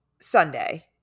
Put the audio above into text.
Sunday